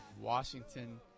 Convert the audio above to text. Washington